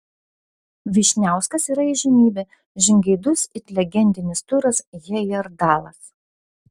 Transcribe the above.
vyšniauskas yra įžymybė žingeidus it legendinis turas hejerdalas